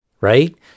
Right